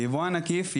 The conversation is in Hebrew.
היבואן העקיף,